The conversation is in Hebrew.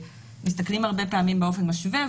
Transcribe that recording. מסתכלים הרבה פעמים באופן משווה,